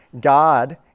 God